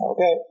Okay